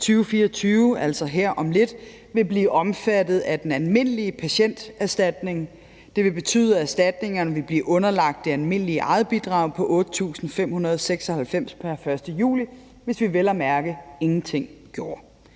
2024, altså her om lidt, vil blive omfattet af den almindelige patienterstatning. Det ville betyde, at erstatningerne ville blive underlagt det almindelige egetbidrag på 8.596 kr. pr. 1. juli, hvis vi vel at mærke ingenting gjorde.